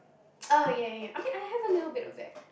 oh ya ya ya I mean I have a little bit of that